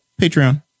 Patreon